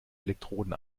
elektroden